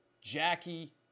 Jackie